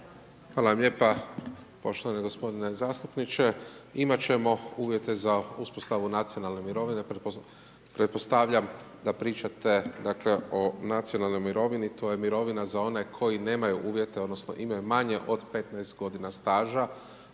Hvala vam lijepa, poštovani gospodine zastupniče. Imati ćemo uvjete za uspostavu nacionalne mirovine, pretpostavljam da pričate o nacionalnoj mirovini, to je mirovina za one koji nemaju uvjete odnosno, imaju manje od 15 g. staža